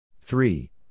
Three